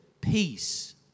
peace